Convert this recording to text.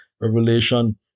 Revelation